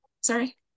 Sorry